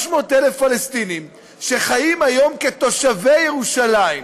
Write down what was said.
300,000 פלסטינים שחיים היום כתושבי ירושלים,